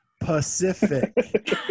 Pacific